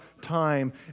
time